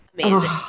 amazing